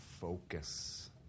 focus